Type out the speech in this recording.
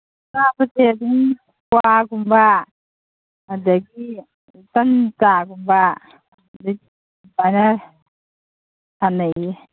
ꯆꯥꯕꯁꯦ ꯑꯗꯨꯝ ꯀ꯭ꯋꯥꯒꯨꯝꯕ ꯑꯗꯒꯤ ꯇꯟ ꯆꯥꯒꯨꯝꯕ ꯁꯨꯃꯥꯏꯅ ꯁꯥꯅꯩꯌꯦ